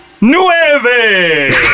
Nueve